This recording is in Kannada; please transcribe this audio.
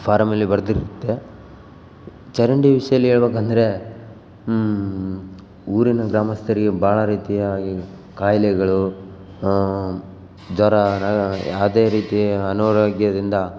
ಫಾರಮಲ್ಲಿ ಬರೆದಿರುತ್ತೆ ಚರಂಡಿ ವಿಷ್ಯದಲ್ಲಿ ಹೇಳ್ಬಕಂದ್ರೆ ಊರಿನ ಗ್ರಾಮಸ್ತರಿಗೆ ಭಾಳ ರೀತಿಯಾಗಿ ಖಾಯಿಲೆಗಳು ಜ್ವರ ಯಾವುದೇ ರೀತಿಯ ಅನಾರೋಗ್ಯದಿಂದ